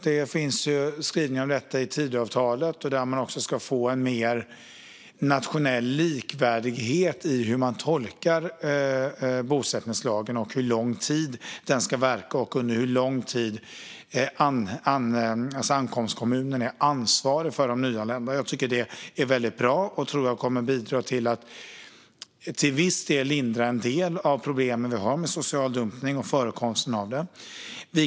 Det finns skrivningar i Tidöavtalet om mer nationell likvärdighet i hur man tolkar bosättningslagen, hur lång tid den ska verka och hur lång tid ankomstkommunen är ansvarig för de nyanlända. Jag tycker att det är väldigt bra och tror att det kommer att bidra till att till viss del lindra problemen med och förekomsten av social dumpning.